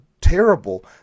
terrible